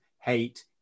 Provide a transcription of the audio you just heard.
hate